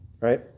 right